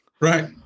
Right